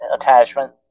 attachment